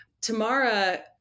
Tamara